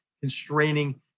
constraining